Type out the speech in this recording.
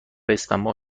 اسفندماه